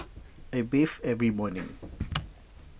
I bathe every morning